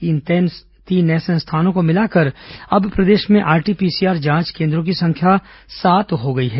इन तीन नए संस्थानों को मिलाकर अब प्रदेश में आरटीपीसीआर जांच केंद्रों की संख्या सात हो गई है